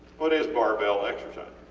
what is barbell exercise?